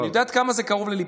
אני יודע עד כמה זה קרוב לליבך,